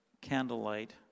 candlelight